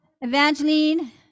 Evangeline